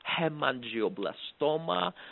hemangioblastoma